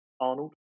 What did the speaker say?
Arnold